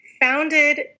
founded